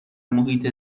محیط